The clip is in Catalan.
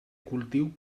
cultiu